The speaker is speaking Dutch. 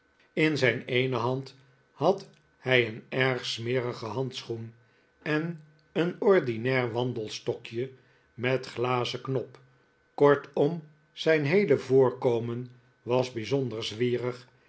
in zijn eene hand had hij een erg smerigen handschoen en een ordinair wandelstokje met glazen knop kortom zijn heele voorkomen was bijzonder zwierig